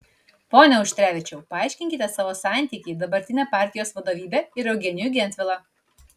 pone auštrevičiau paaiškinkite savo santykį į dabartinę partijos vadovybę ir eugenijų gentvilą